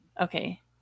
Okay